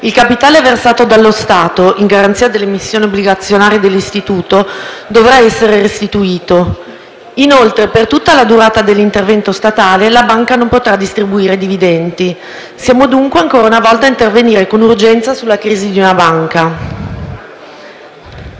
il capitale versato dallo Stato, in garanzia delle emissioni obbligazionarie dell'istituto, dovrà essere restituito. Inoltre, per tutta la durata dell'intervento statale, la banca non potrà distribuire dividendi. Siamo dunque, ancora una volta, ad intervenire con urgenza sulla crisi di una banca.